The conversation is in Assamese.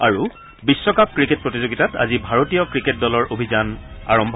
আৰু বিশ্বকাপ ক্ৰিকেট প্ৰতিযোগিতাত আজি ভাৰতীয় ক্ৰিকেট দলৰ অভিযান আৰম্ভ